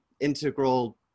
integral